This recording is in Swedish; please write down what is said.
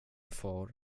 far